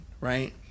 right